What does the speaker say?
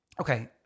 Okay